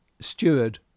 steward